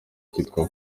cyitwa